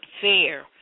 fair